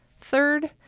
Third